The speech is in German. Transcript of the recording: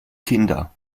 kinder